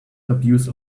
abuse